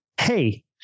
hey